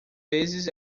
vezes